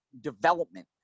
development